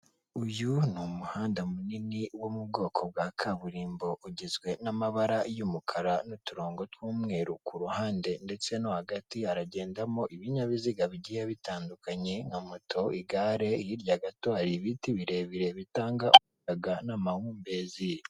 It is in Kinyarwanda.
Uyu ni umuhanda munini wo mu bwoko bwa kaburimbo ugizwe n'amabara y'umukara n'uturongo tw'umweru, ku ruhande ndetse no hagati haragendamo ibinyabiziga bigiye bitandukanye nka moto, igare, hirya gato hari ibiti birebire bitanga umuyaga n'amahumbezi.